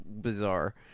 bizarre